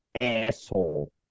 asshole